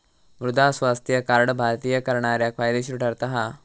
मृदा स्वास्थ्य कार्ड भारतीय करणाऱ्याक फायदेशीर ठरता हा